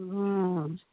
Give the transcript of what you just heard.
हँ